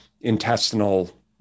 intestinal